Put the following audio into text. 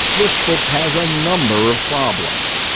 this book has a number of problems.